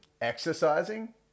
exercising